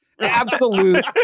Absolute